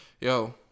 Yo